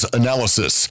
analysis